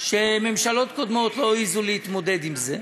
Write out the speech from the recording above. שממשלות קודמות לא העזו להתמודד אתו,